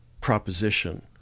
proposition